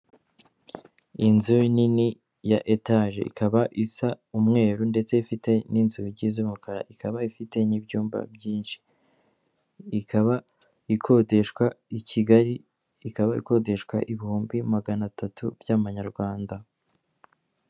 Inzu nini ya etaje ikaba isa umweru ndetse ifite n'inzugi z'umukara, ikaba ifite n'ibyumba byinshi, ikaba ikodeshwa i Kigali, ikaba ikodeshwa ibihumbi magana atatu by'amanyarwanda.